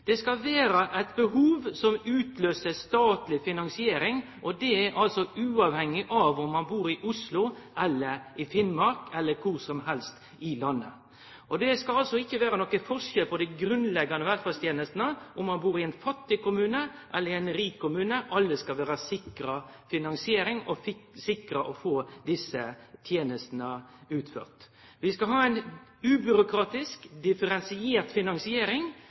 Det skal vere eit behov som utløyser statleg finansiering. Det er altså uavhengig av om ein bur i Oslo, Finnmark eller kor som helst i landet. Det skal altså ikkje vere nokon forskjell på dei grunnleggjande velferdstenestene om ein bur i ein fattig kommune eller i ein rik kommune. Alle skal vere sikra finansiering og sikra å få desse tenestene utført. Vi skal ha ei ubyråkratisk, differensiert finansiering